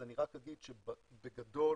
בגדול,